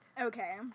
Okay